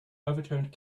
overturned